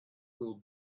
will